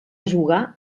jugar